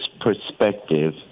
perspective